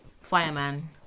fireman